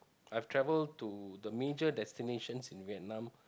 I'll travelled to the major destinations in Vietnam